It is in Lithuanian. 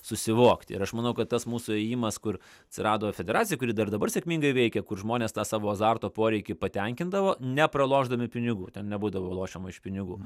susivokti ir aš manau kad tas mūsų įėjimas kur atsirado federacija kuri dar dabar sėkmingai veikia kur žmonės tą savo azarto poreikį patenkindavo nepralošdami pinigų ten nebūdavo lošiama iš pinigų